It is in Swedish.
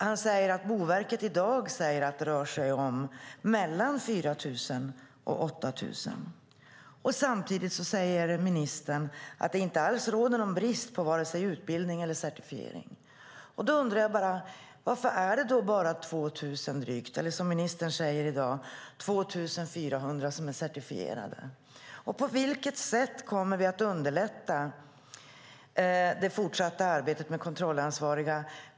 Han säger att Boverket i dag säger att det rör sig om mellan 4 000 och 8 000. Samtidigt säger ministern att det inte alls råder någon brist på vare sig utbildning eller certifiering. Då undrar jag: Varför är det bara drygt 2 000 eller, som ministern säger i dag, 2 400 som är certifierade? Och på vilket sätt kommer vi att underlätta det fortsatta arbetet med kontrollansvariga?